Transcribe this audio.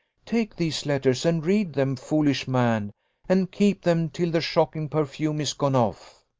take these letters and read them, foolish man and keep them till the shocking perfume is gone off.